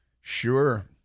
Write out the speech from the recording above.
sure